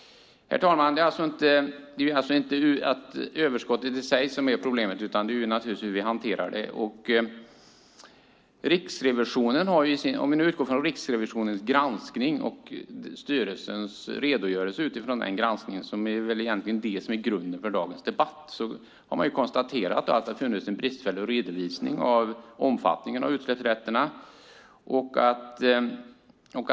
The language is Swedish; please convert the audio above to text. Herr talman! Det är alltså inte överskottet i sig som är problemet, utan det gäller naturligtvis hur vi hanterar detta. Om vi utgår från Riksrevisionens granskning och styrelsens redogörelse utifrån den granskningen, som väl egentligen är grunden för dagens debatt, har det konstaterats att det har varit en bristfällig redovisning av utsläppsrätternas omfattning.